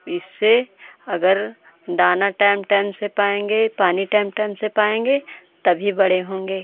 इससे अगर दाना टाएम टाएम से पाएँगे पानी टाएम टाएम से पाएँगे तभी बड़े होंगे